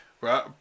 Right